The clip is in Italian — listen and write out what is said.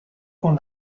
con